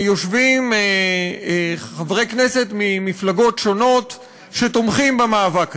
יושבים חברי כנסת ממפלגות שונות שתומכים במאבק הזה.